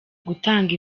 gutanga